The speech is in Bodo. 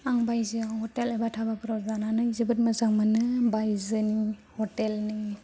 आं बायजोआव हटेल एबा धाबा फोराव जानानै जोबोद मोजां मोनो बायजोनि हटेल नि